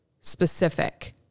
specific